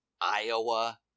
Iowa